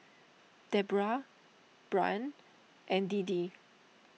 Debra Bryn and Deedee